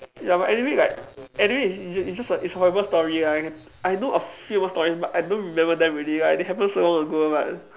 ya but anyway like anyway it's just a it's just a it's a horrible story lah and I know of few more stories but I don't remember them already like they happened so long ago but